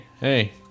hey